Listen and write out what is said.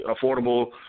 affordable